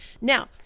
Now